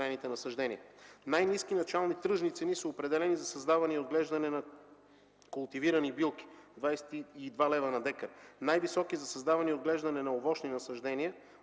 Най-ниски начални тръжни цени са определени за създаване и отглеждане на култивирани билки – 22 лв. на декар, най-високи за създаване и отглеждане на овощни насаждения